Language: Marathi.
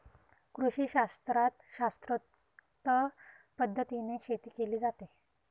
कृषीशास्त्रात शास्त्रोक्त पद्धतीने शेती केली जाते